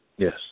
Yes